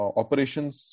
operations